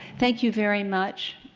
thank you very much.